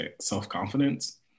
Self-Confidence